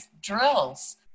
drills